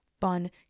fun